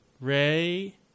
ray